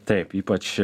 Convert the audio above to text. taip ypač